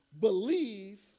believe